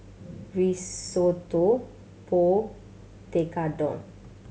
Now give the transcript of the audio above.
Risotto Pho Tekkadon